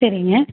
சரிங்க